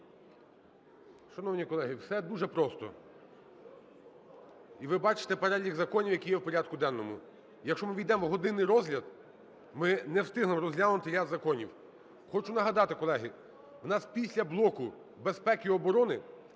Шановні колеги, все дуже просто, і ви бачите перелік законів, які в порядку денному. Якщо ми ввійдемо в годинний розгляд, ми не встигнемо розглянути ряд законів. Хочу нагадати, колеги, в нас після блоку безпеки і оборони